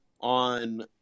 on